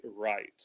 right